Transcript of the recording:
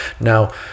Now